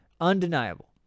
undeniable